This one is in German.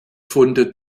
funde